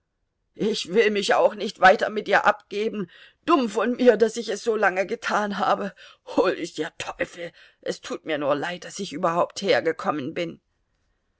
ich will mich auch nicht weiter mit dir abgeben dumm von mir daß ich es so lange getan habe hol dich der teufel es tut mir nur leid daß ich überhaupt hergekommen bin